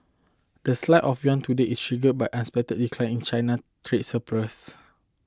the slide of yuan today is triggered by unexpected decline in China trade surplus